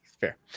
fair